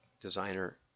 designer